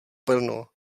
brno